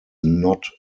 not